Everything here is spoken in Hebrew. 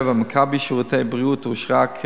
ב"מכבי שירותי בריאות" אושרה,